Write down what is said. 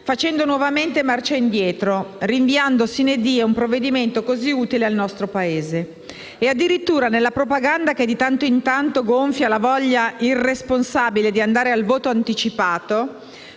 facendo nuovamente marcia indietro, rinviando *sine die* un provvedimento così utile al nostro Paese. E addirittura, nella propaganda che di tanto in tanto gonfia la voglia irresponsabile di andare al voto anticipato